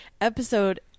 Episode